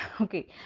okay